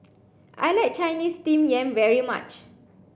I like Chinese steamed yam very much